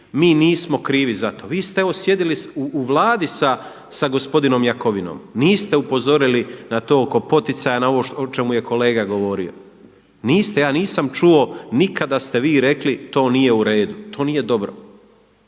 mi nismo krivi za to. Vi ste evo sjedili u Vladi sa gospodinom Jakovinom. Niste upozorili na to oko poticaja ovo o čemu je kolega govorio. Niste, ja nisam čuo nikad da ste vi rekli to nije u redu, to nije dobro.